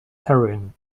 heroine